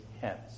hence